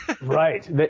Right